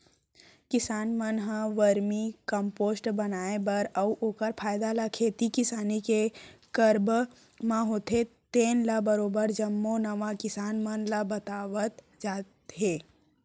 किसान मन ह वरमी कम्पोस्ट बनाए बर अउ ओखर फायदा ल खेती किसानी के करब म होथे तेन ल बरोबर सब्बो नवा किसान मन ल बतावत जात हे